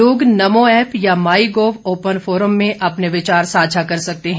लोग नमो ऐप या my gov open forum में अपने विचार साझा कर सकते हैं